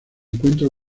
encuentra